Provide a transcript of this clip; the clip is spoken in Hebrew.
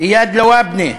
איאד לואבנה,